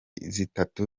zitatu